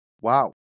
Wow